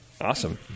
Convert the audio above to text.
Awesome